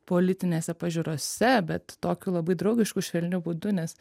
politinėse pažiūrose bet tokiu labai draugišku švelniu būdu nes